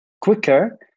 quicker